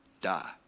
die